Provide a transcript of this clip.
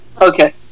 Okay